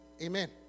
amen